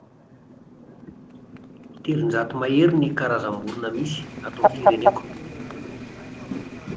Telonjato mahery ny karazam-borona misy ato amin'ny fireneko